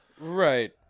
Right